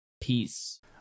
peace